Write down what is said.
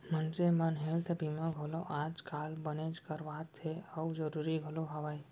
मनसे मन हेल्थ बीमा घलौ आज काल बनेच करवात हें अउ जरूरी घलौ हवय